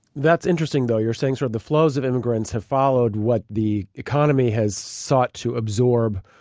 that's interesting though, you're saying sort of the flows of immigrants have followed what the economy has sought to absorb.